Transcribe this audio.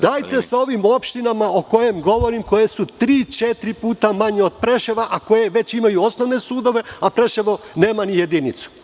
Dajte, sa ovim opštinama o kojima govorim i koje su tri četiri puta manje od Preševa i koje imaju osnovne sudove, a Preševo nema ni jedinicu.